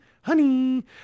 honey